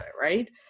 right